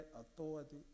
authority